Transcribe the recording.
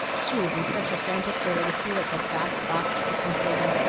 she was in such a frantic hurry to see what that vast box could contain.